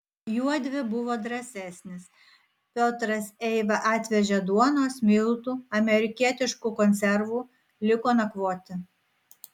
juodvi buvo drąsesnės piotras eiva atvežė duonos miltų amerikietiškų konservų liko nakvoti